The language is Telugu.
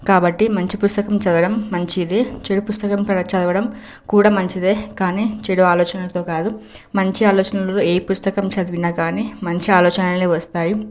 కాబట్టి మంచిపుస్తకం చదవడం మంచిదే చెడు పుస్తకం కడ చదవడం కూడా మంచిదే కానీ చెడు ఆలోచనలతో కాదు మంచి ఆలోచనలు ఏ పుస్తకం చదివినా కానీ మంచి ఆలోచనలే వస్తాయి